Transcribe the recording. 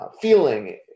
feeling